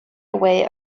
away